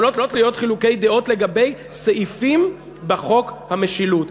יכולים להיות חילוקי דעות לגבי סעיפים בחוק המשילות.